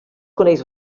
coneix